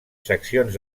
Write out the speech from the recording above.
seccions